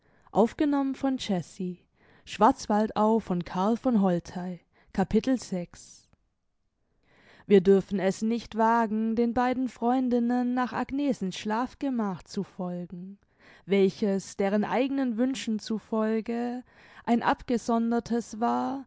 wir dürfen es nicht wagen den beiden freundinnen nach agnesens schlafgemach zu folgen welches deren eigenen wünschen zu folge ein abgesondertes war